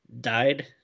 died